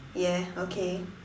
yes okay